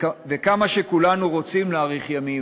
וכמה שכולנו רוצים להאריך ימים,